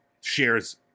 shares